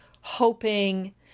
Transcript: hoping